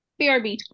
brb